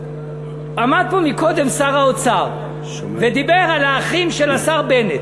עמד פה קודם שר האוצר ודיבר על האחים של השר בנט,